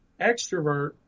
extrovert